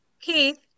Keith